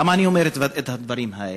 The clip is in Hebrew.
למה אני אומר את הדברים האלה?